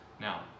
Now